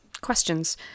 Questions